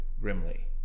Grimly